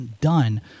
done